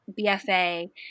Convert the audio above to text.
BFA